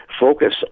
focus